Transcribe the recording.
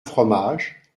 fromage